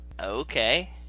Okay